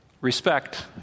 respect